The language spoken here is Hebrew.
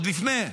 עוד לפני.